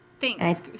Thanks